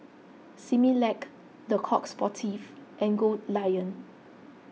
Similac Le Coq Sportif and Goldlion